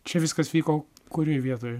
čia viskas vyko kurioj vietoj